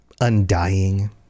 undying